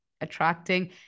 attracting